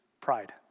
pride